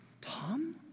Tom